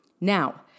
Now